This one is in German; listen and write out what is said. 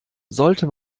sollte